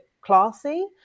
classy